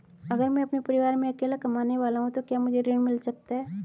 अगर मैं परिवार में अकेला कमाने वाला हूँ तो क्या मुझे ऋण मिल सकता है?